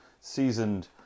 seasoned